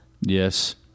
Yes